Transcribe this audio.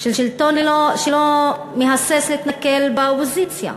של שלטון שלא מהסס להתנכל לאופוזיציה.